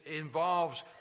involves